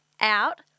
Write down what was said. Out